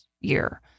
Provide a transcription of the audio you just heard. year